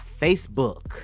Facebook